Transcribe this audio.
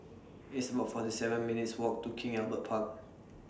It's about forty seven minutes' Walk to King Albert Park